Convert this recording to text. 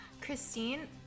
Christine